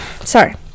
sorry